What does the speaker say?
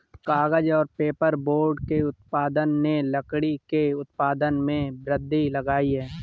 कागज़ और पेपरबोर्ड के उत्पादन ने लकड़ी के उत्पादों में वृद्धि लायी है